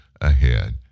ahead